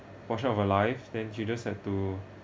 portion of her life then she just had to